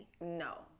No